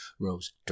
rose